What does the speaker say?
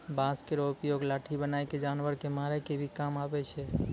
बांस केरो उपयोग लाठी बनाय क जानवर कॅ मारै के भी काम आवै छै